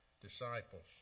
disciples